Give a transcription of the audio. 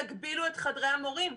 תגבילו את חדרי המורים.